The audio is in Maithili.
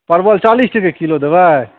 परवल चालिस टके किलो देबै